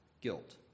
guilt